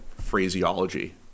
phraseology